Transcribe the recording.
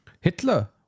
hitler